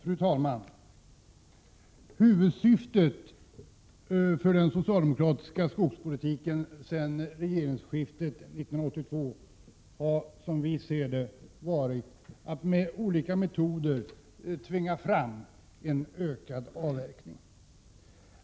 Fru talman! Huvudsyftet för den socialdemokratiska skogspolitiken sedan regeringsskiftet 1982 har som vi ser det varit att med olika metoder tvinga fram en ökad avverkning.